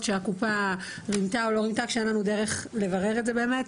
שהקופה רימתה או לא רימתה כשאין לנו דרך לברר את זה באמת,